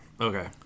Okay